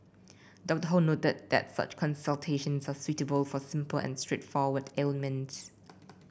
Doctor Ho noted that such consultations are suitable for simple and straightforward ailments